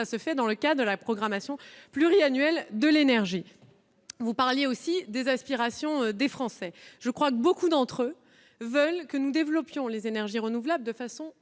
Cela se fera dans le cadre de la programmation pluriannuelle de l'énergie. Monsieur le sénateur, vous parliez aussi des aspirations des Français. Je crois que beaucoup d'entre eux veulent que nous développions les énergies renouvelables de façon